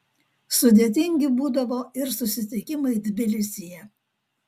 sudėtingi būdavo ir susitikimai tbilisyje